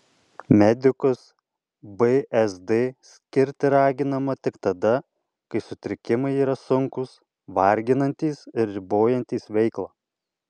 medikus bzd skirti raginama tik tada kai sutrikimai yra sunkūs varginantys ir ribojantys veiklą